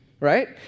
right